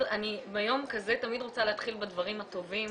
ביום כזה אני תמיד רוצה להתחיל בדברים הטובים.